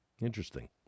Interesting